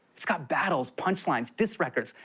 it's got battles, punch lines, diss records.